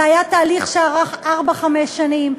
זה היה תהליך שארך ארבע-חמש שנים.